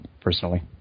personally